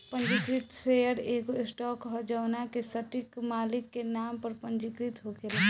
पंजीकृत शेयर एगो स्टॉक ह जवना के सटीक मालिक के नाम पर पंजीकृत होखेला